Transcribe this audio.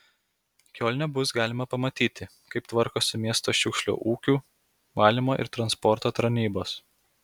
kiolne bus galima pamatyti kaip tvarkosi miesto šiukšlių ūkio valymo ir transporto tarnybos